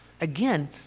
again